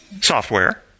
software